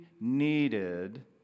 needed